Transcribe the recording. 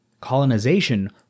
Colonization